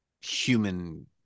human